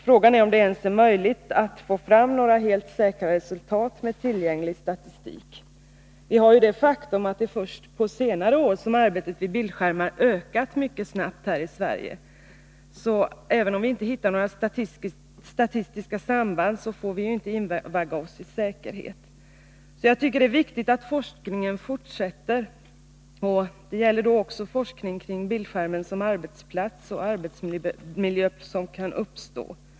Frågan är om det ens är möjligt att få fram några helt säkra resultat med tillgänglig statistik. Först på senare år har arbetet med bildskärmar ökat mycket snabbt här i Sverige. Även om vi inte hittar några statistiska samband, får vi inte invagga oss i säkerhet. Det är därför viktigt att forskningen fortsätter, då även forskning om bildskärmar såsom arbetsplats och den arbetsmiljö som kan uppstå.